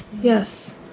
yes